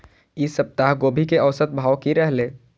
ई सप्ताह गोभी के औसत भाव की रहले?